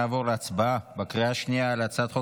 נעבור להצבעה בקריאה השנייה על הצעת חוק